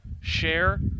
share